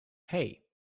hey